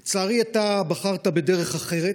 לצערי, אתה בחרת בדרך אחרת,